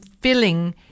filling